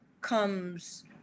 comes